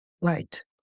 Right